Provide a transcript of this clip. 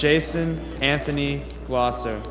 jason anthony gloucester